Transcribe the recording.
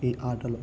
ఈ ఆటలో